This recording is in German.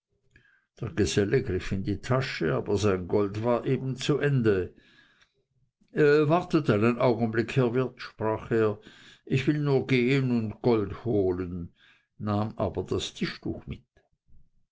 in die tasche aber sein gold war eben zu ende wartet einen augenblick herr wirt sprach er ich will nur gehen und gold holen nahm aber das tischtuch mit